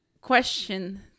question